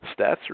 stats